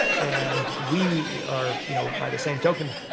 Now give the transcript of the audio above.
and we are, you know by the same token,